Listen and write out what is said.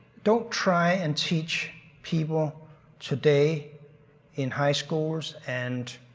don't try and teach people today in high schools and.